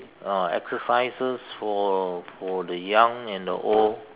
ah exercises for for the young and the old